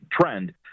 trend